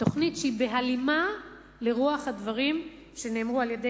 תוכנית שהיא בהלימה לרוח הדברים שנאמרו על-ידי